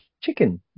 chicken